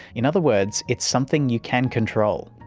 in other words, it's something you can control.